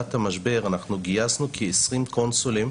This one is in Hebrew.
מתחילת המשבר אנחנו גייסנו כ-20 קונסולים,